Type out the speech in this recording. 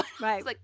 Right